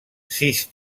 sis